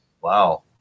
Wow